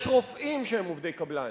יש רופאים שהם עובדי קבלן.